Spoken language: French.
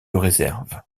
réserve